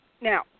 Now